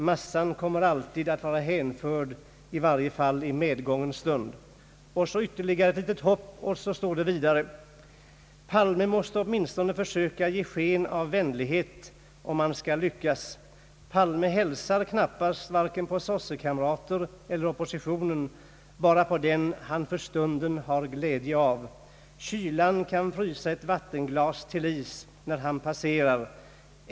Massan kommer alltid att vara hänförd i varje fall i medgångens stund.» »Palme måste åtminstone försöka ge sken av vänlighet om han skall lyckas. Palme hälsar knappast varken på sossekamrater eller oppositionen, bara på den han för stunden har glädje av. Kylan kan frysa ett vattenglas till is, när han passerar.